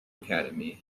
academy